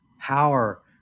power